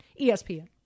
ESPN